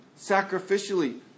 sacrificially